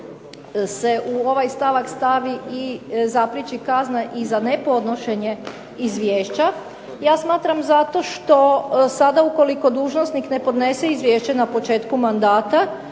se u ovaj stavak stavi i zapriječi kazna i za nepodnošenje izvješća? Ja smatram zato što sada ukoliko dužnosnik ne podnese izvješće na početku mandata